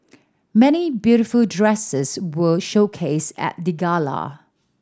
many beautiful dresses were showcased at the gala